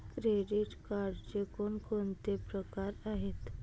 Credit कार्डचे कोणकोणते प्रकार आहेत?